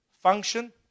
function